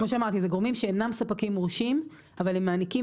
כן כמו שאמרתי זה גורמים שאינם ספקים מורשים אבל הם מעניקים